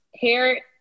hair